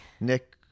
Nick